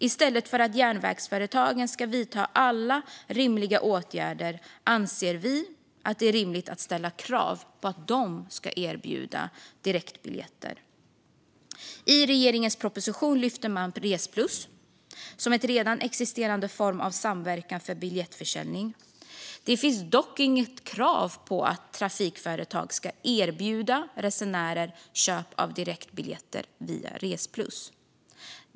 I stället för att järnvägsföretagen ska vidta alla rimliga åtgärder anser vi att det är rimligt att ställa krav på att de ska erbjuda direktbiljetter. I regeringens proposition lyfter man Resplus som en redan existerande form av samverkan för biljettförsäljning. Det finns dock inget krav på att trafikföretag ska erbjuda resenärer köp av direktbiljetter via Resplus.